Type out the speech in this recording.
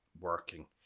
working